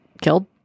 killed